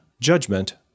judgment